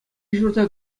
ҫурта